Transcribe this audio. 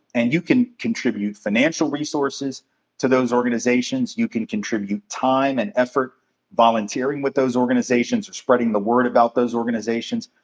and you can contribute financial resources to those organizations. you can contribute time and effort volunteering with those organizations or spreading the word about those organizations.